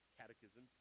catechism